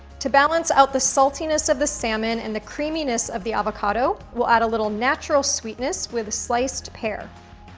to balance out the saltiness of the salmon and the creaminess of the avocado, we'll add a little natural sweetness with a sliced pear.